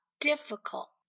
difficult